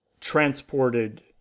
transported